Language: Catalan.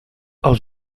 els